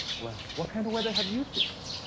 well, what kind of weather have you seen?